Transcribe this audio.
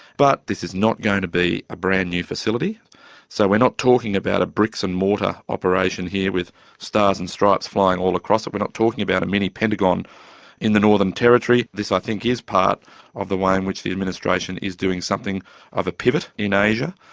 but this is not going to be a brand new facility so we are not talking about a bricks and mortar operation here with stars and stripes flying all across it, we're not talking about a mini pentagon in the northern territory. this i think is part of the way in which the administration is doing something of a pivot in asia.